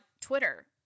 Twitter